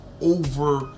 over